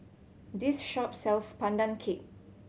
this shop sells Pandan Cake